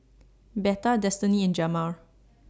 Betha Destinee and Jamar